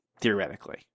theoretically